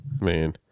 Man